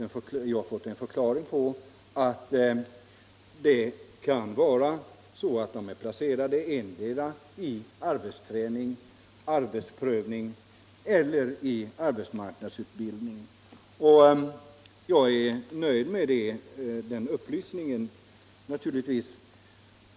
Nu har jag fått förklaringen att det kan vara så att de är placerade endera i arbetsträning och arbetsprövning eller i arbetsmarknadsutbildning, och jag är givetvis nöjd med den upplysningen.